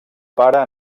pare